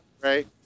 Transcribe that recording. Right